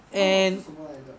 lok lok 是什么来的